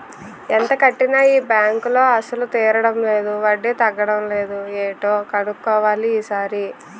ఎంత కట్టినా ఈ బాంకులో అసలు తీరడం లేదు వడ్డీ తగ్గడం లేదు ఏటో కన్నుక్కోవాలి ఈ సారి